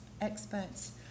experts